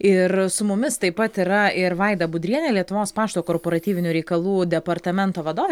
ir su mumis taip pat yra ir vaida budrienė lietuvos pašto korporatyvinių reikalų departamento vadovė